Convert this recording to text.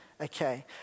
okay